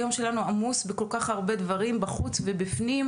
היום שלנו עמוס בכל כך הרבה דברים בחוץ ובפנים,